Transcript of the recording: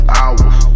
hours